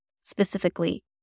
specifically